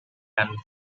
and